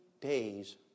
Days